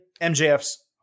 MJF's